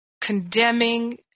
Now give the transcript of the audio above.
condemning